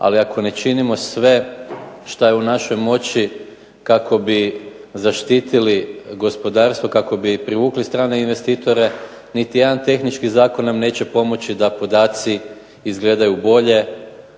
ali ako ne činimo sve što je u našoj moći kako bi zaštitili gospodarstvo, kako bi privukli strane investitore, niti jedan tehnički zakon nam neće pomoći da podaci izgledaju bolje